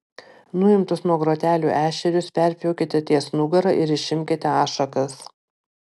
nuimtus nuo grotelių ešerius perpjaukite ties nugara ir išimkite ašakas